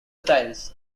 styles